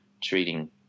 treating